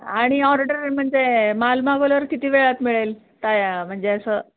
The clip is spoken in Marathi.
आणि ऑर्डर म्हणजे माल मागवल्यावर किती वेळात मिळेल त्या म्हणजे असं